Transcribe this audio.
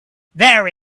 there